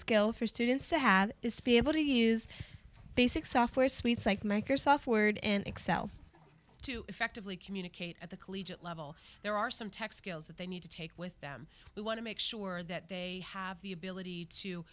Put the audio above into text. skill for students to have is to be able to use basic software suites like microsoft word and excel to effectively communicate at the collegiate level there are some tech skills that they need to take with them we want to make sure that they have the ability to